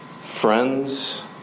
friends